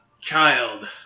child